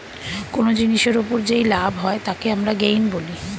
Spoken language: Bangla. কোন জিনিসের ওপর যেই লাভ হয় তাকে আমরা গেইন বলি